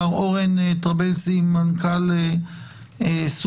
מר אורדן טרבלסי, מנכ"ל "סופרקום".